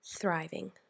Thriving